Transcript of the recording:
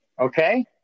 Okay